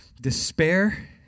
despair